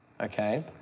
okay